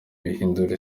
bihindura